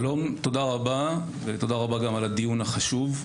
שלום, תודה רבה ותודה רבה גם על הדיון החשוב.